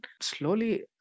Slowly